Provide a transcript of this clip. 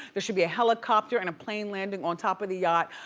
there should be a helicopter and a plane landing on top of the yacht.